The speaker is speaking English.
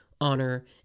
honor